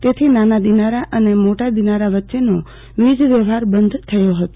તેથી નાના દિનારા અને મોટા દિનારા વચ્ચેનો વીજ વ્યવહાર બંધ થયો હતો